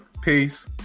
Peace